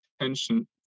attention